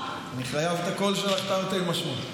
אני חייב את הקול שלך, תרתי משמע.